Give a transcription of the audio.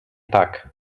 tak